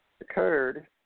Occurred